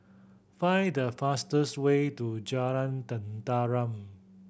find the fastest way to Jalan Tenteram